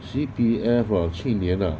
C_P_F ah 去年 ah